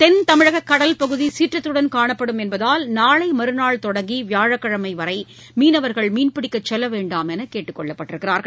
தென் தமிழக கடல் பகுதி சீற்றத்துடன் காணப்படும் என்பதால் நாளை மறுநாள் தொடங்கி வியாழக்கிழமை வரை மீனவர்கள் மீன்பிடிக்கச் செல்ல வேண்டாம் என்று கேட்டுக் கொள்ளப்பட்டுள்ளனர்